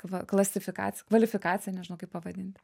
kva klasifikac kvalifikacija nežinau kaip pavadint